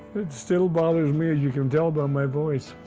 it still bothers me, as you can tell by my voice.